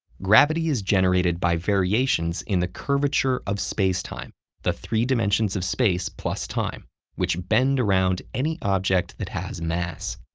gravity is generated by variations in the curvature of spacetime the three dimensions of space plus time which bend around any object that has mass.